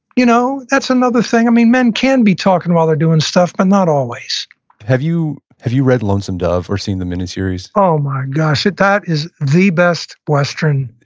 you know that's another thing. men can be talking while they're doing stuff, but not always have you have you read lonesome dove or seen the miniseries? oh, my gosh. that is the best western.